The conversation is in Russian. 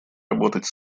работать